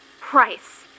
Price